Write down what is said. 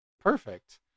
perfect